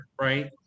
right